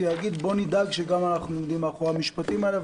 להגיד בוא נדאג שאנחנו עומדים מאחורי המשפטים האלה,